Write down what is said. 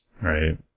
Right